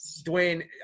Dwayne